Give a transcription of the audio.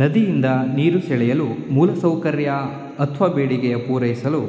ನದಿಯಿಂದ ನೀರು ಸೆಳೆಯಲು ಮೂಲಸೌಕರ್ಯ ಅತ್ವ ಬೇಡಿಕೆ ಪೂರೈಸಲು